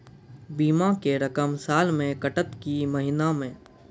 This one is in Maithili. बीमा के रकम साल मे कटत कि महीना मे?